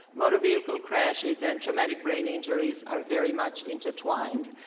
motor vehicle crashes and traumatic brain injuries are very much intertwined.